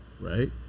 right